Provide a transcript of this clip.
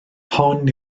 hon